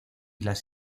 las